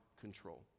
control